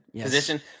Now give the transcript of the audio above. position